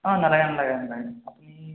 অঁ নালাগে নালাগে নালাগে আপুনি